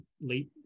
late